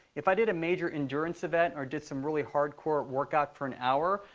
if i did a major endurance event or did some really hardcore workout for an hour,